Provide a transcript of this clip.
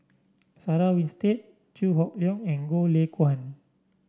Sarah Winstedt Chew Hock Leong and Goh Lay Kuan